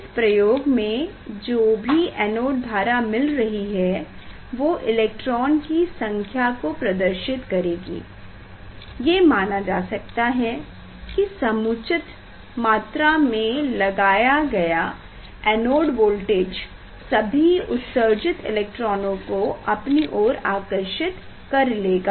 इस प्रयोग में जो भी एनोड धारा मिल रही है वो इलेक्ट्रॉन की संख्या को प्रदर्शित करेगी ये माना जा सकता है की समुचित मात्रा में लगाया गया एनोड वोल्टेज सभी उत्सर्जित इलेक्ट्रोनों को अपनी ओर आकर्षित कर लेगा